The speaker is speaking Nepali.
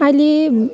आहिले